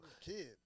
Kid